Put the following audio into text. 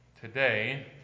Today